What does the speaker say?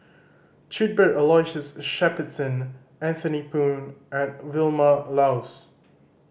Cuthbert Aloysius Shepherdson Anthony Poon and Vilma Laus